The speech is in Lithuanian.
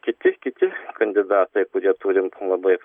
kiti kiti kandidatai kurie turi labai